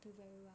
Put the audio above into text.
to the